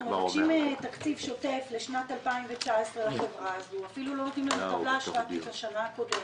מבקשים כאן תקציב שוטף לחברה הזאת לשנת 2019. אפילו לא נותנים לנו טבלה של תקציב השנה הקודמת